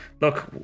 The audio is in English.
look